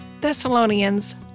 Thessalonians